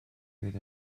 with